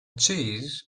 cheese